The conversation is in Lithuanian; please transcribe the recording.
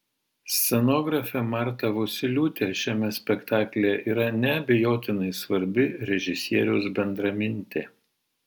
scenografė marta vosyliūtė šiame spektaklyje yra neabejotinai svarbi režisieriaus bendramintė